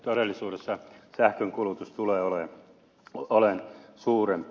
todellisuudessa sähkönkulutus tulee olemaan suurempi